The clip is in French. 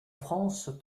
france